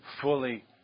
fully